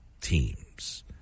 teams